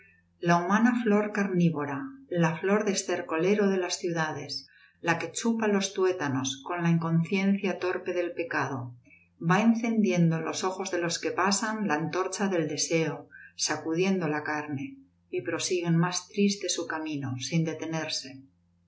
la humana flor carnívora la flor de estercolero de las ciudades la que chupa los tuétanos con la inconciencia torpe del pecado va encendiendo en los ojos de los que pasan la antorcha del deseo sacudiendo la carne y prosiguen más tristes su camino sin detenerse